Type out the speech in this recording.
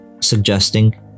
suggesting